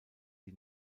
die